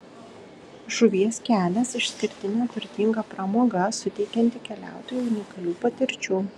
žuvies kelias išskirtinė turtinga pramoga suteikianti keliautojui unikalių patirčių